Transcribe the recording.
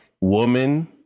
woman